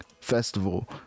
festival